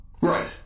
right